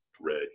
red